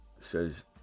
says